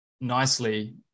nicely